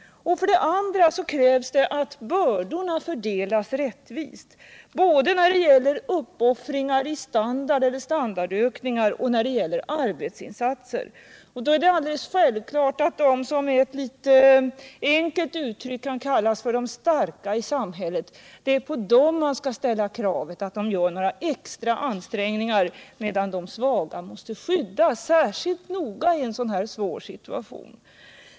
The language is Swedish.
För det andra krävs det att bördorna fördelas rättvist både när det gäller uppoffringar i standard eller standardökningar och när det gäller arbetsinsatser. Det är då alldeles självklart att man på dem som med ett enkelt uttryck kan kallas de starka i samhället skall ställa kravet att det är de som skall göra extra ansträngningar, medan de svaga däremot måste skyddas särskilt noga i en så här svår situation.